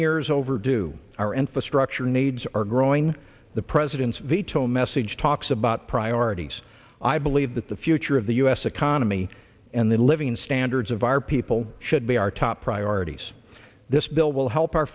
years overdue our infrastructure needs are growing the president's veto message talks about priorities i believe that the future of the u s economy and the living standards of our people should be our top priorities this bill will help our